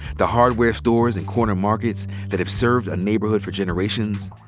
the hardware stores and corner markets that have served a neighborhood for generations.